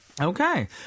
Okay